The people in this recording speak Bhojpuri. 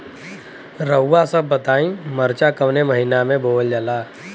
रउआ सभ बताई मरचा कवने महीना में बोवल जाला?